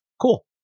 Cool